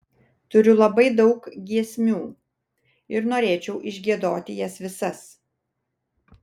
turiu labai daug giesmių ir norėčiau išgiedoti jas visas